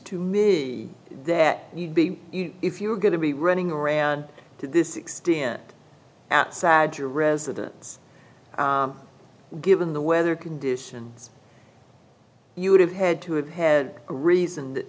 to me that you'd be if you were going to be running around to this extent at sad your residence given the weather conditions you would have had to have had a reason that